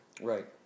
Right